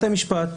בוודאי שבתאגידים,